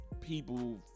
people